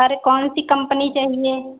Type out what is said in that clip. अरे कौन सी कंपनी चाहिए